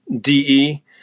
DE